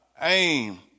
aim